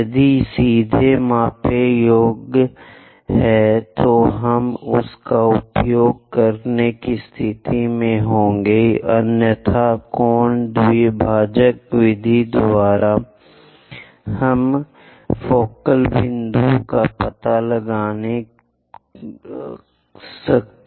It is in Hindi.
यदि यह सीधे मापने योग्य है तो हम उसका उपयोग करने की स्थिति में होंगे अन्यथा कोण द्विभाजक विधि हम इस फोकल बिंदु F का पता लगाने के लिए इसका उपयोग करेंगे